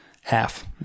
half